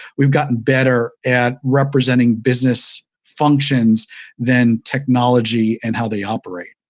we've gotten better at representing business functions than technology and how they operate.